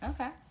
Okay